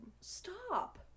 Stop